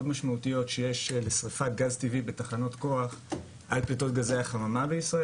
משמעותיות שיש לשריפת גז טבעי בתחנות כוח על פליטות גזי החממה בישראל,